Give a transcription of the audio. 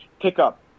Pickup